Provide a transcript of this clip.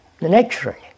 naturally